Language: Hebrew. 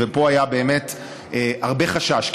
ופה היה באמת הרבה חשש,